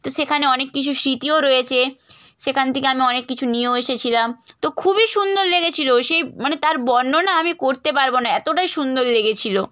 তো সেখানে অনেক কিছু স্মিতিও রয়েচে সেখান থেকে আমি অনেক কিছু নিয়েও এসেছিলাম তো খুবই সুন্দর লেগেছিলো সেই মানে তার বর্ণনা আমি করতে পারবো না এতোটাই সুন্দর লেগেছিলো